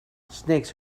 snakes